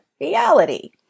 reality